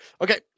Okay